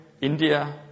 India